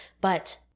But-